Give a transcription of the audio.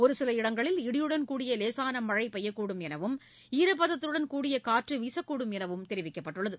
ஒரு சில இடங்களில் இடியுடன் கூடிய லேசாள மழை பெய்யக்கூடும் எனவும் ஈரப்பதத்துடன் கூடிய காற்று வீசக்கூடும் எனவும் தெரிவிக்கப்பட்டுள்ளது